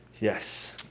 Yes